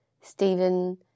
Stephen